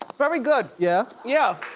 very good. yeah? yeah